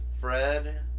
Fred